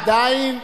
עדיין,